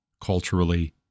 culturally